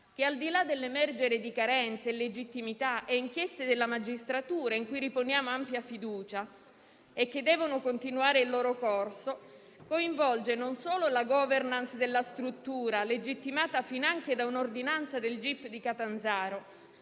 che, al di là dell'emergere di carenze, illegittimità e inchieste della magistratura, in cui riponiamo ampia fiducia e che devono continuare il loro corso, coinvolge non solo la *governance* della struttura, legittimata finanche da un'ordinanza del giudice per